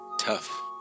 tough